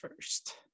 first